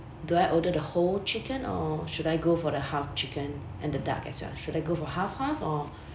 do I order the whole chicken or should I go for the half chicken and the duck as well should I go for half half or